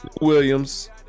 williams